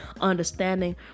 understanding